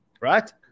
right